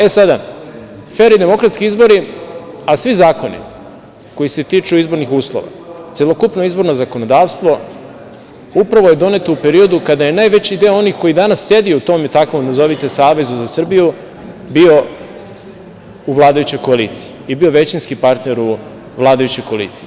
E, sada, fer i demokratski izbori, a svi zakoni koji se tiču izbornih uslova, celokupno izborno zakonodavstvo upravo je doneto u periodu kada je najveći deo onih koji danas sedi u tom i takvom Savezu sa Srbiju, bio u vladajućoj koaliciji i bio većinski partner u vladajućoj koaliciji.